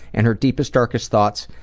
and her deepest darkest thoughts,